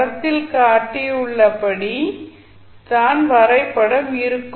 படத்தில் காட்டப்பட்டுள்ளபடி தான் வரைபடம் இருக்கும்